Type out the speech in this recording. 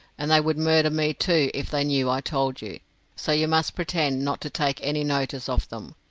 and they would murder me, too, if they knew i told you so you must pretend not to take any notice of them.